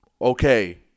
okay